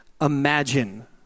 imagine